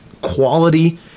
quality